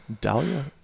Dahlia